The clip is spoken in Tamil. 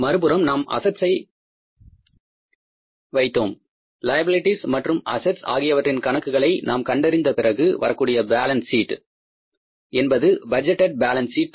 மறுபுறம் நாம் அசெட்ஸ் ஐ வைத்தோம் லைபிலிட்டிஸ் மற்றும் அசெட்ஸ் ஆகியவற்றின் கணக்குகளை நாம் கண்டறிந்த பிறகு வரக்கூடிய பேலன்ஸ் ஷீட் என்பது பட்ஜெட்டேட் பாலன்ஸ் சீட்